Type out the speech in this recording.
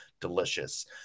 delicious